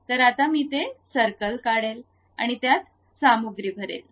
तर आता मी ते सर्कल काढेल आणि त्यात सामग्री भरेल